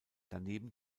daneben